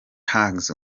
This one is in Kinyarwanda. hughes